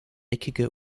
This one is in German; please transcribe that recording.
eckige